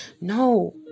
No